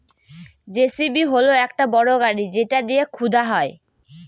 JCB হল একটা বড় গাড়ি যেটা দিয়ে খুদা হয়